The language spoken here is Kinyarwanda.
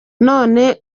none